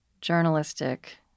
journalistic